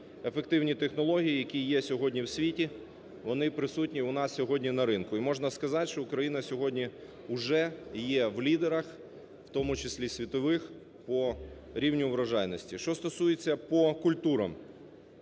ефективні технології, які є сьогодні в світі, вони присутні у нас сьогодні на ринку. І можна сказати, що Україна сьогодні уже є в лідерах, в тому числі світових, по рівню врожайності. Що стосується по культурам.